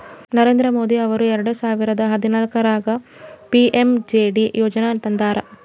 ನರೇಂದ್ರ ಮೋದಿ ಅವರು ಎರೆಡ ಸಾವಿರದ ಹದನಾಲ್ಕರಾಗ ಪಿ.ಎಮ್.ಜೆ.ಡಿ ಯೋಜನಾ ತಂದಾರ